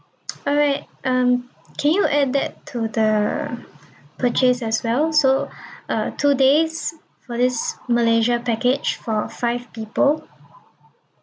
alright um can you add that to the purchase as well so uh two days for this malaysia package for five people